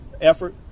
effort